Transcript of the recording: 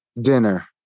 dinner